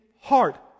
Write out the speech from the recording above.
heart